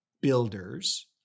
builders